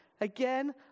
Again